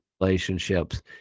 relationships